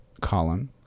column